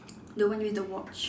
the one with the watch